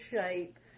shape